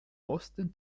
osten